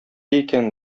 икән